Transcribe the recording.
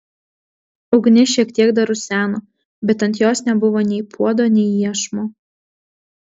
ugnis šiek tiek dar ruseno bet ant jos nebuvo nei puodo nei iešmo